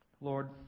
Lord